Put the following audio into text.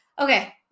okay